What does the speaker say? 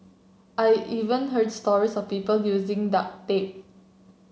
I even heard stories of people using duct tape